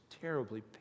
terribly